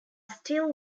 still